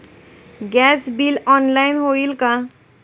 Gas bill online होईल का?